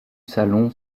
salon